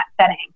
setting